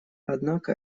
однако